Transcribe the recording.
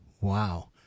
Wow